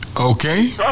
Okay